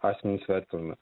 asmenis vertiname